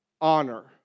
honor